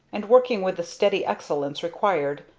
and working with the steady excellence required,